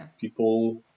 people